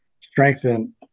strengthen